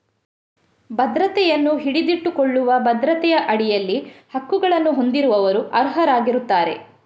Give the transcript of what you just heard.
ಭದ್ರತೆಯನ್ನು ಹಿಡಿದಿಟ್ಟುಕೊಳ್ಳುವ ಭದ್ರತೆಯ ಅಡಿಯಲ್ಲಿ ಹಕ್ಕುಗಳನ್ನು ಹೊಂದಿರುವವರು ಅರ್ಹರಾಗಿರುತ್ತಾರೆ